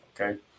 Okay